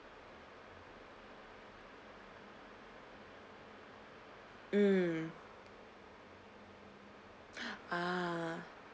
mm ah